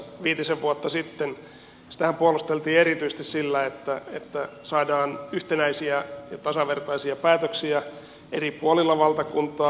viitisen vuotta sittenhän sitä puolusteltiin erityisesti sillä että saadaan yhtenäisiä ja tasavertaisia päätöksiä eri puolilla valtakuntaa